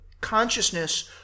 consciousness